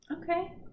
Okay